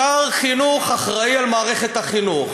שר חינוך אחראי למערכת החינוך.